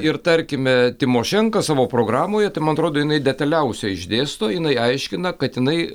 ir tarkim tymošenko savo programoje tai man atrodo jinai detaliausiai išdėsto jinai aiškina kad jinai